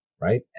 right